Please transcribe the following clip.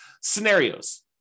scenarios